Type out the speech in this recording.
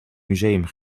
museum